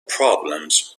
problems